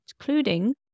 including